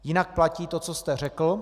Jinak platí to, co jste řekl.